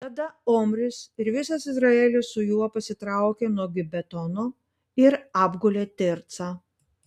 tada omris ir visas izraelis su juo pasitraukė nuo gibetono ir apgulė tircą